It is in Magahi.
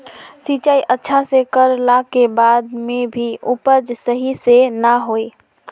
सिंचाई अच्छा से कर ला के बाद में भी उपज सही से ना होय?